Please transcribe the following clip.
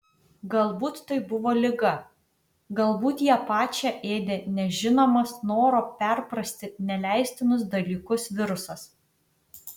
galbūt tai buvo liga galbūt ją pačią ėdė nežinomas noro perprasti neleistinus dalykus virusas